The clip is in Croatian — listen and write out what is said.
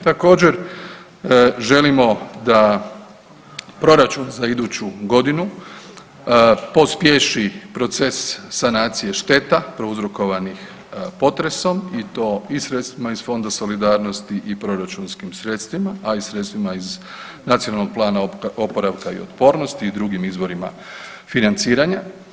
Također, želimo da proračun za iduću godinu pospješi proces sanacije šteta prouzrokovanih potresom i to i sredstvima iz Fonda solidarnosti i proračunskim sredstvima, a i sredstvima iz Nacionalnog plana oporavka i otpornosti i drugim izvorima financiranja.